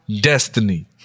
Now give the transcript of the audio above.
destiny